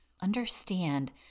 Understand